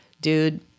dude